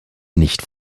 nicht